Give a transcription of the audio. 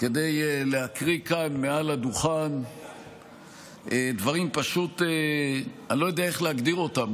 כדי להקריא כאן מעל הדוכן דברים שאני פשוט לא יודע איך להגדיר אותם,